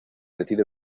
decide